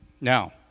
Now